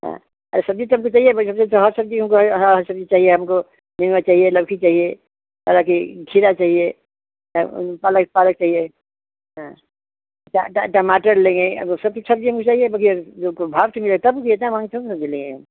हाँ अरे सब्ज़ी तो हमको चाहिए भाई सब्ज़ी हमको हाँ सब्ज़ी चाहिए हमको नेनुआ चाहिए लौकी चाहिए लौकी खीरा चाहिए पालक पालक चाहिए हाँ टमाटर लेंगे अब वह सब चीज़ सब्ज़ियाँ मिल जाएगी बग़ैर वह कोई भाव